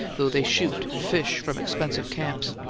though they shoot and fish from expensive camps.